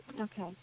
Okay